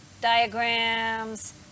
diagrams